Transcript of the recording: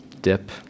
dip